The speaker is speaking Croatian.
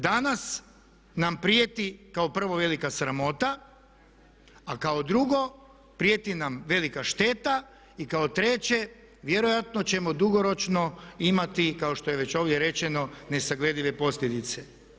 Danas nam prijeti kao prvo velika sramota, a kao drugo prijeti nam velika šteta i kao treće vjerojatno ćemo dugoročno imati kao što je već ovdje rečeno nesagledive posljedice.